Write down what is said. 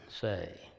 say